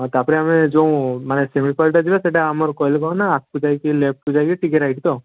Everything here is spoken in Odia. ହଁ ତା'ପରେ ଆମେ ଯେଉଁ ମାନେ ଶିମିଳିପାଳଟା ଯିବା ସେଟା ଆମର କହିଲେ କ'ଣ ନା ଆଗକୁ ଯାଇକି ଲେଫ୍ଟକୁ ଯାଇକି ଟିକେ ରାଇଟ୍ ତ